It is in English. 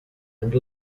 and